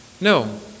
No